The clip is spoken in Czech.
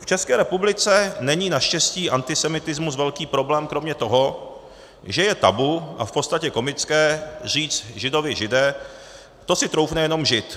V České republice není naštěstí antisemitismus velký problém kromě toho, že je tabu a v podstatě komické říct Židovi Žide, to si troufne jenom Žid.